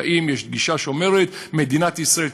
יש גישה שאומרת: מדינת ישראל,